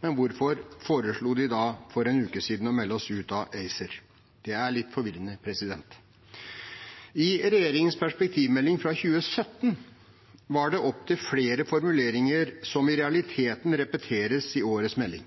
Men hvorfor foreslo de da for en uke siden å melde oss ut av ACER? Det er litt forvirrende. I regjeringens perspektivmelding fra 2017 var det opptil flere formuleringer som i realiteten repeteres i årets melding,